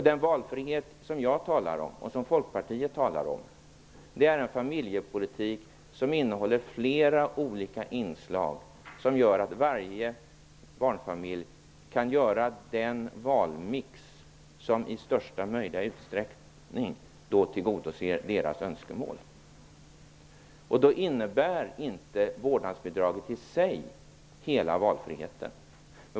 Den valfrihet som jag och Folkpartiet talar om är en familjepolitik som innehåller flera olika inslag som gör att varje barnfamilj kan göra den valmix som i största möjliga utsträckning tillgodoser deras önskemål. Då innebär inte vårdnadsbidraget i sig hela valfriheten.